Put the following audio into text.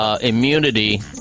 immunity